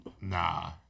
Nah